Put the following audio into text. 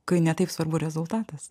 kai ne taip svarbu rezultatas